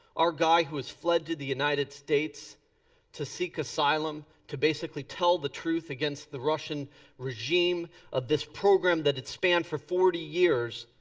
our guy who has fled to the united states to seek asylum. to basically tell the truth against the russian regime of this program that had spanned for forty years.